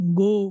go